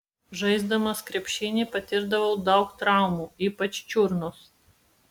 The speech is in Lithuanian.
žaisdamas krepšinį patirdavau daug traumų ypač čiurnos